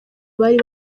bari